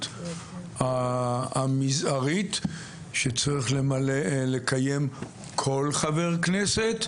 המזערית שצריך לקיים כל חבר כנסת,